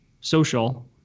social